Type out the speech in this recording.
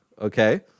Okay